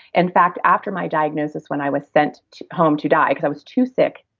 in fact, after my diagnosis, when i was sent home to die because i was too sick,